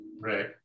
right